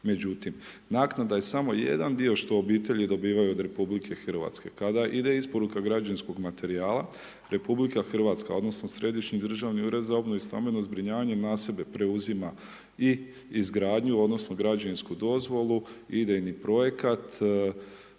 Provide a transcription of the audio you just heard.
Međutim, naknada je samo jedan dio što obitelji dobivaju od RH. Kada ide isporuka građevinskog materijala RH odnosno Središnji državni ured za obnovu i stambeno zbrinjavanje na sebe preuzima i izgradnju odnosno građevinsku dozvolu, idejni projekat,